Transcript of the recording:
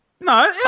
No